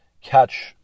catch